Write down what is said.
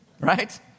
right